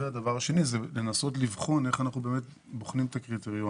הדבר השני זה לנסות לבחון איך אנחנו באמת בוחנים את הקריטריונים.